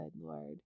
Lord